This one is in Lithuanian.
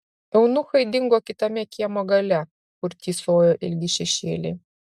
eunuchai dingo kitame kiemo gale kur tįsojo ilgi šešėliai